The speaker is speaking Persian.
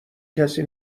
کسی